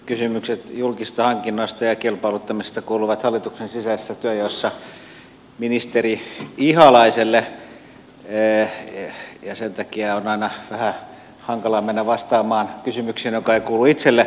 kysymykset julkisista hankinnoista ja kilpailuttamisesta kuuluvat hallituksen sisäisessä työnjaossa ministeri ihalaiselle ja sen takia on aina vähän hankala mennä vastaamaan kysymykseen joka ei kuulu itselle